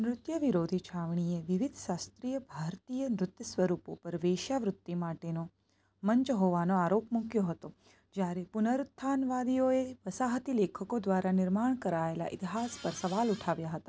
નૃત્ય વિરોધી છાવણીએ વિવિધ શાસ્ત્રીય ભારતીય નૃત્ય સ્વરૂપો પર વેશ્યાવૃત્તિ માટેનો મંચ હોવાનો આરોપ મૂક્યો હતો જ્યારે પુનરુત્થાનવાદીઓએ વસાહતી લેખકો દ્વારા નિર્માણ કરાયેલા ઇતિહાસ પર સવાલ ઉઠાવ્યા હતા